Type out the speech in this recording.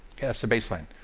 that's the baseline.